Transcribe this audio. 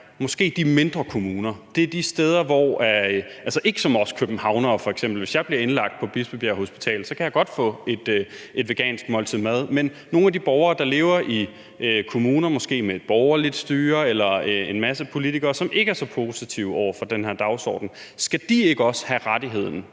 er de mindre kommuner; det er ikke os københavnere. Hvis jeg f.eks. bliver indlagt på Bispebjerg Hospital, kan jeg godt få et vegansk måltid mad, men hvad med nogle af de borgere, der lever i kommuner måske med et borgerligt styre eller en masse politikere, som ikke er så positive over for den her dagsorden: Skal de ikke også have rettigheden